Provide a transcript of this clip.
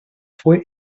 fue